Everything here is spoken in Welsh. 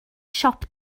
siop